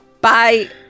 Bye